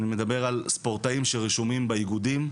אני מדבר על ספורטאים שרשומים באיגודים,